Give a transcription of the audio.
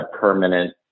permanent